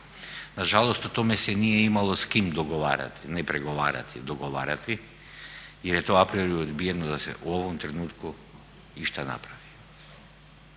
Nažalost o tome se nije imalo s kim dogovarati, ne pregovarati, dogovarati jer je to a priori odbijeno da se u ovom trenutku išta napravi.